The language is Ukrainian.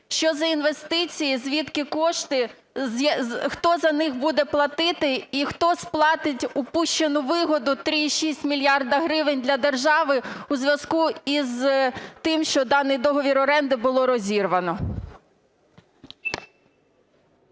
Що за інвестиції? Звідки кошти? Хто за них буде платити? І хто сплатить упущену вигоду 3,6 мільярда гривень для держави у зв'язку із тим, що даний договір оренди було розірвано?